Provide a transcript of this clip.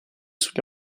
sugli